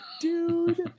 dude